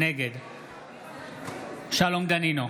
נגד שלום דנינו,